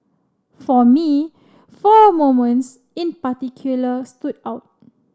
for me four moments in particular stood out